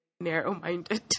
narrow-minded